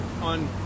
on